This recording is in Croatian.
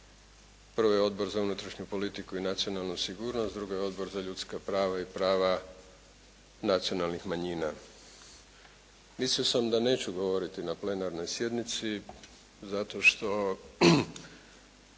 Prvi je Odbor za unutrašnju politiku i nacionalnu sigurnost, drugi je Odbor za ljudska prava i prava nacionalnih manjina. Mislio sam da neću govoriti na plenarnoj sjednici zato što